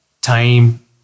time